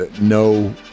no